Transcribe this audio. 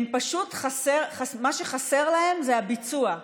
מה שחסר בהם זה הביצוע,